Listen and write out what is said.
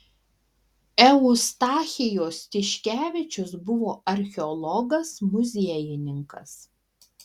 eustachijus tiškevičius buvo archeologas muziejininkas